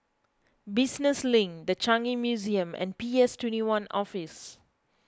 Business Link the Changi Museum and P S twenty one Office